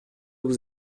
vous